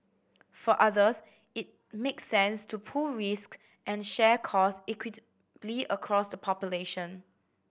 for others it makes sense to pool risk and share cost equitably across the population